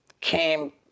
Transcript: came